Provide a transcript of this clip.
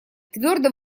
твердо